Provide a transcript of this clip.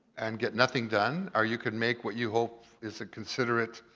and get nothing done or you can make what you hope is a considerate,